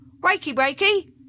Wakey-wakey